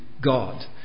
God